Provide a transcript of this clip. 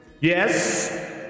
Yes